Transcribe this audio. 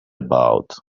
about